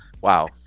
Wow